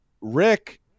Rick